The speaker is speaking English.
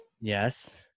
Yes